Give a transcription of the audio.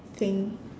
thing